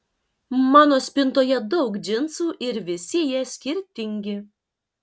mano spintoje daug džinsų ir visi jie skirtingi